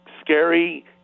scary